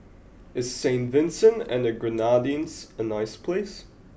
is Saint Vincent and the Grenadines a nice place